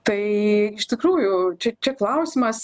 tai iš tikrųjų čia čia klausimas